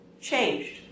changed